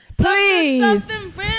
Please